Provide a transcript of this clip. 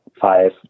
five